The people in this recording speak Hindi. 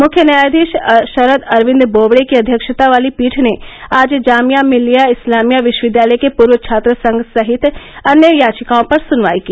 मुख्य न्यायाधीश शरद अरविंद बोबडे की अध्यक्षता वाली पीठ ने आज जामिया मिल्लिया इस्लामिया विश्वविद्यालय के पूर्व छात्र संघ सहित अन्य याचिकाओं पर सुनवाई की